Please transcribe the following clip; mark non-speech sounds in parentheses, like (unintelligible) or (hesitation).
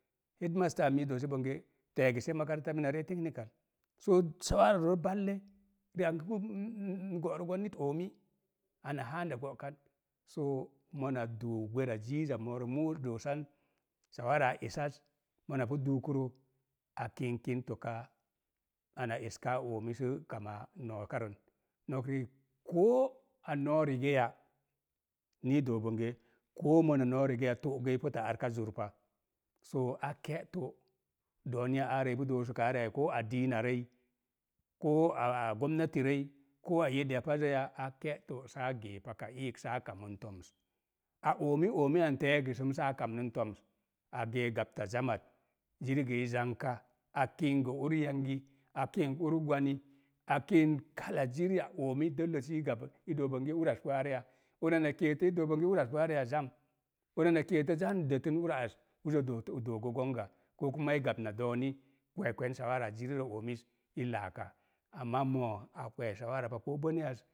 Teegəse, makaranta mina ree, technical, soo, (unintelligible) riak (hesitation) go'rə gən nit oomi, ana (unintelligible) go'kan so mona dun gwera ziiza moora múuz doosan, (unintelligible) esaz, mona pu duukurə, a kink kən toka ana eska oomi sə kama nookarən. Nok riik ko a noo rigeya, nii doo bonge koo mona noo rigeya, to'gə i (unintelligible) arka zurpa. Soo a ke'to, dooni a arə ipu doosəkaa rə ai ko a diinarəi, ko a gomnati rəi, ko a (unintelligible) pazə ya, a ke'to’ saa gee paka iik, saa kamən toms. A oomi oomi an teegəsəm saa kamən toms. A geek gabta, (unintelligible) ziri gə i zanka, a kink gə uni yangi, a kink ur gwani, a kink (unintelligible) ziri ya oomi dəlle si i gab i dook bonge uraz pu areya, una na keeto, i dook bonge uraz pu areya zam, una na keeto zan detən ura az, uzə dotə doo gə gonga, ko (unintelligible) i gab na dooni kwekwen (unintelligible) zirirəz oomiz, i laaka, amaa mo'a a kwee (unintelligible) ko boneyaz